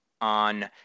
on